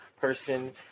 person